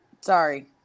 Sorry